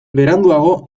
beranduago